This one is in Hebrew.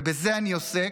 ובזה אני עוסק.